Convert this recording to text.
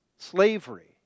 slavery